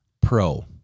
Pro